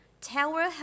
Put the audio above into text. Tower